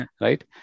right